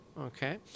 okay